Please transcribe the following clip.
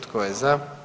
Tko je za?